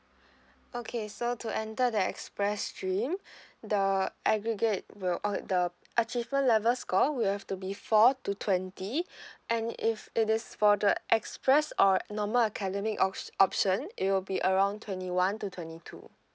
okay so to enter the express stream the aggregate will the achievement level score will have to be four to twenty and if it's for the express or normal academic op~ option it will be around twenty one to twenty two